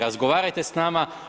Razgovarajte s nama.